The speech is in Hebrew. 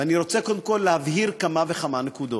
ואני רוצה קודם כול להבהיר כמה וכמה נקודות: